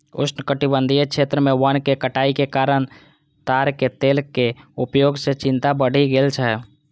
उष्णकटिबंधीय क्षेत्र मे वनक कटाइ के कारण ताड़क तेल के उपयोग सं चिंता बढ़ि गेल छै